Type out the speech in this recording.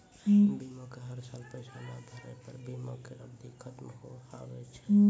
बीमा के हर साल पैसा ना भरे पर बीमा के अवधि खत्म हो हाव हाय?